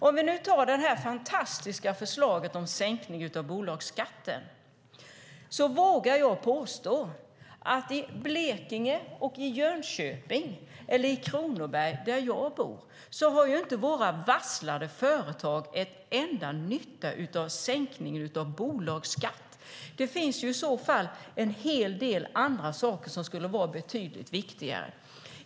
Om vi nu tar det fantastiska förslaget om sänkning av bolagsskatten vågar jag påstå att i Blekinge och Jönköping, eller i Kronoberg där jag bor, har inte de varslade företagen den minsta nytta av en sänkning av bolagsskatten. Det finns i så fall en hel del andra saker som skulle vara betydligt viktigare.